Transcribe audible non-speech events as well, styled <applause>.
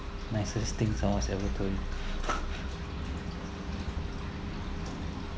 nicest thing someone ever told <laughs>